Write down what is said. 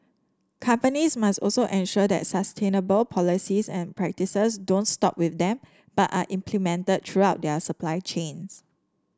companies must also ensure that sustainable policies and practices don't stop with them but are implemented throughout their supply chains